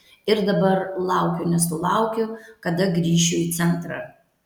ir dabar laukiu nesulaukiu kada grįšiu į centrą